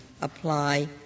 apply